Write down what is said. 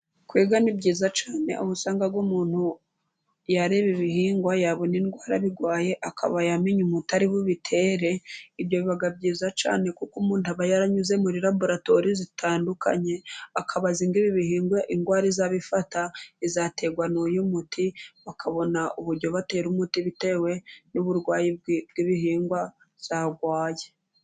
Kwigaga ni byiza cyane ubusanga umuntu yareba ibihingwa yabona indwara bigwaye akaba yamenya umuti wabitera, ibyo biba byiza cyane kuko umuti uba yaranyuze muri lrboratwari zitandukanye, akabazi bihingwa ingwara izabifata izaterwa n'uyu muti bakabona uburyo batera umuti bitewe n'uburwayi bw'ibihingwa birwaye.